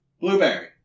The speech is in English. blueberry